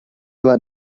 let